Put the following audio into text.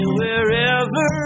wherever